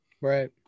right